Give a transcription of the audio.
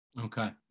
Okay